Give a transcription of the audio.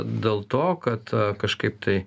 dėl to kad kažkaip tai